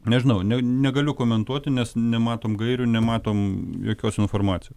nežinau ne negaliu komentuoti nes nematom gairių nematom jokios informacijos